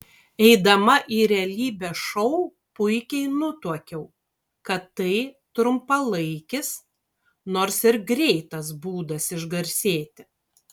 eidama į realybės šou puikiai nutuokiau kad tai trumpalaikis nors ir greitas būdas išgarsėti